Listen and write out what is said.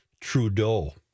Trudeau